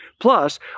Plus